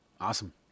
Awesome